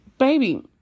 Baby